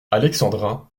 alexandrin